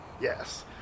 Yes